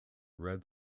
red